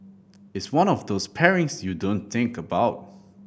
it's one of those pairings you don't think about